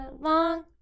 long